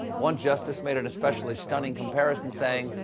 one justice made an especially stunning comparison, saying,